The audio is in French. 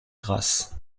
grasse